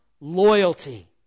loyalty